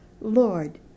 Lord